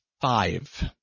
Five